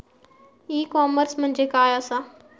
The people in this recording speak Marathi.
ई कॉमर्स म्हणजे काय असा?